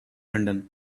london